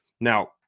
Now